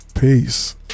Peace